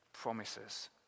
promises